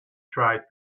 try